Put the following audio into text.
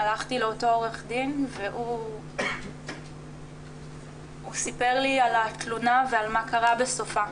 הלכתי לאותו עו"ד והוא סיפר לי על התלונה ועל מה קרה בסופה.